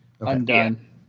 undone